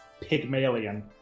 Pygmalion